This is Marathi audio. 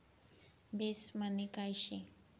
बेस मनी काय शे?